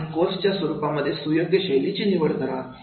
आणि कोर्सच्या स्वरूपानुसार सुयोग्य शैलीची निवड करा